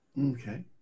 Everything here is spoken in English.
Okay